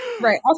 right